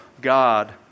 God